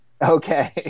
Okay